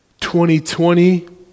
2020